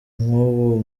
ng’ubu